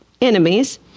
enemies